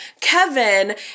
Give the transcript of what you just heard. Kevin